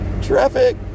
Traffic